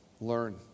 learn